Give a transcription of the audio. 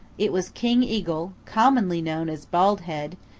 it was king eagle, commonly known as bald head,